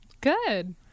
Good